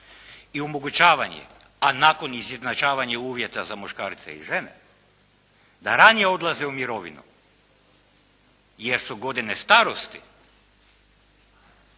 i omogućavanje, a nakon izjednačavanja uvjeta za muškarce i žene da ranije odlaze u mirovinu jer su godine starosti